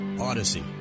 Odyssey